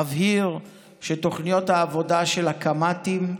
אבהיר שתוכניות העבודה של הקמ"טים,